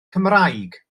cymraeg